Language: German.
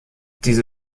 diese